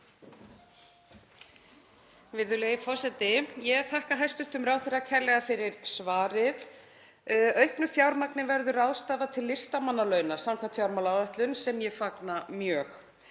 Virðulegi forseti. Ég þakka hæstv. ráðherra kærlega fyrir svarið. Auknu fjármagni verður ráðstafað til listamannalauna samkvæmt fjármálaáætlun sem ég fagna mjög.